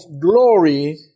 glory